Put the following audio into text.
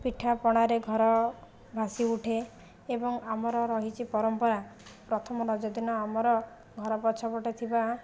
ପିଠା ପଣାରେ ଘର ଭାସି ଉଠେ ଏବଂ ଆମର ରହିଛି ପରମ୍ପରା ପ୍ରଥମ ରଜ ଦିନ ଆମର ଘର ପଛ ପଟେ ଥିବା